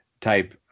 type